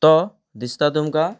तो दिसता तुमकां